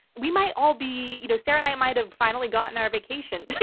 we might all be. you know sarah and i might have finally gotten our vacation.